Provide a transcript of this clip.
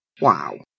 Wow